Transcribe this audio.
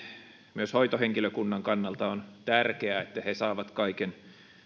myös hoitohenkilökunnan kannalta on tärkeää että he he saavat kaiken